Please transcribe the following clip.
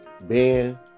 Ben